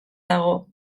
dago